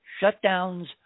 shutdowns